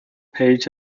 page